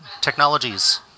technologies